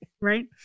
Right